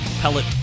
pellet